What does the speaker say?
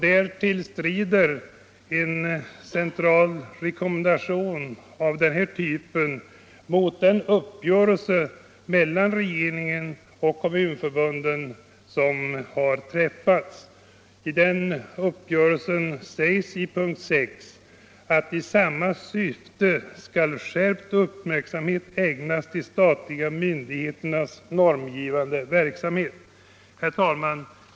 Därtill strider en central rekommendation av den här typen mot den uppgörelse mellan regeringen och kommunförbunden som har träffats. I den uppgörelsen sägs i punkten 6 att skärpt uppmärksamhet skall ägnas de statliga myndigheternas normgivande verksamhet. Herr talman!